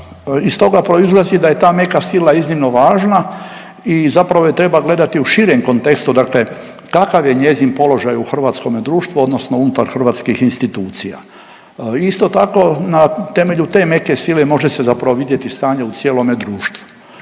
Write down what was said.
Iz toga proizlazi da je ta meka sila iznimno važno i zapravo je treba gledati u širem kontekstu, dakle kakav je njezin položaj u hrvatskome društvu odnosno unutar hrvatskih institucija. Isto tako na temelju te meke sile može se zapravo vidjeti stanje u cijelome društvu.